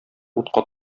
утка